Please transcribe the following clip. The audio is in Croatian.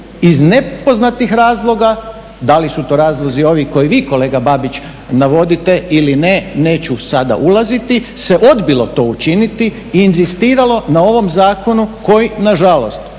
iz nepoznatih razloga, da li su to razlozi ovi koje vi kolega Babić navodite ili ne, neću sada ulaziti se odbilo to učiniti i inzistiralo na ovom zakonu koji nažalost